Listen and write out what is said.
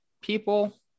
people